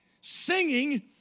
singing